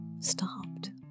stopped